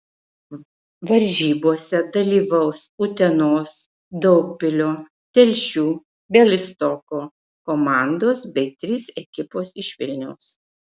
varžybose dalyvaus utenos daugpilio telšių bialystoko komandos bei trys ekipos iš vilniaus